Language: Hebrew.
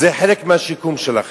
זה חלק מהשיקום שלכם,